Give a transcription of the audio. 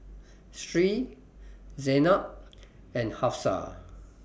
Sri Zaynab and Hafsa